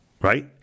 Right